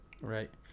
Right